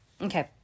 okay